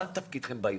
מה תפקידכם באירוע?